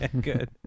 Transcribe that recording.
good